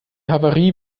havarie